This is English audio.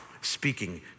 speaking